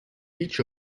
each